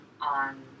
on